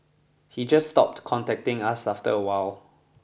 he just stopped contacting us after a while